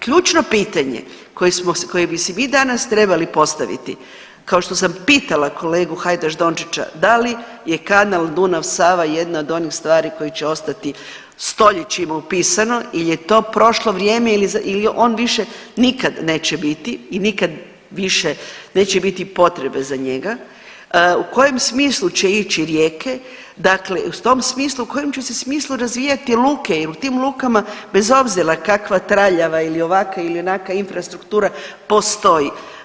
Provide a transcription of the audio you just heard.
Ključno pitanje koje bi si mi danas trebali postaviti kao što sam pitala Hajdaš Dončića da li je Kanal Dunav-Sava jedna od onih stvari koja će ostati stoljećima upisano ili je to prošlo vrijeme ili on više nikad neće biti i nikad više neće biti potrebe za njega, u kojem smislu će ići rijeke, dakle u tom smislu i u kojem će se smislu razvijati luke jer u tim lukama bez obzira kakva traljava ili ovakva ili onakva infrastruktura postoji.